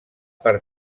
per